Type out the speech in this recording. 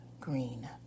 green